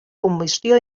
combustió